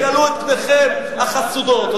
תגלו את פניכם החסודות.